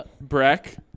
Breck